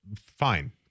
fine